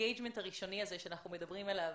האינגייג'מנט הראשוני הזה שאנחנו מדברים עליו.